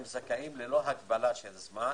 הם זכאים ללא הגבלת זמן